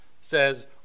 says